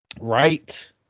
right